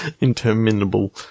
interminable